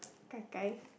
Gai Gai